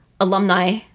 alumni